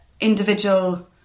individual